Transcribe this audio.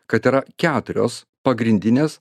kad yra keturios pagrindinės